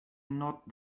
not